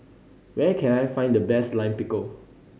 where can I find the best Lime Pickle